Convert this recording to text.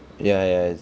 ya ya it's